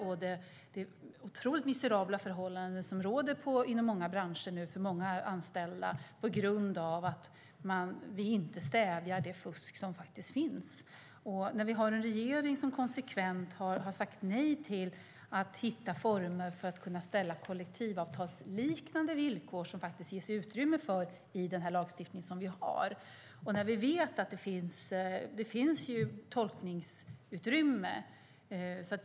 För många anställda, inom många branscher råder nu otroligt miserabla förhållanden på grund av att vi inte stävjar det fusk som faktiskt finns. Vi har också en regering som konsekvent har sagt nej till att hitta former för att kunna ställa kollektivavtalsliknande villkor som det faktiskt ges utrymme för i den lagstiftning som vi har, och vi vet att det finns tolkningsutrymme.